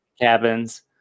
cabins